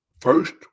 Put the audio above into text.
First